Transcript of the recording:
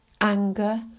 Anger